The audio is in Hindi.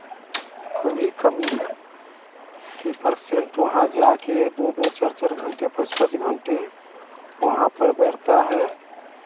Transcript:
को भी कमी है की पर्सेंट वहाँ जाके दो दो चार चार घंटे पाँच पाँच घंटे वहाँ पर बैठता है